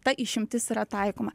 ta išimtis yra taikoma